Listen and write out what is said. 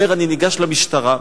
אומר: אני ניגש למשטרה,